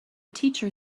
teacher